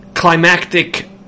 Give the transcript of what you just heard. Climactic